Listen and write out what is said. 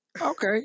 okay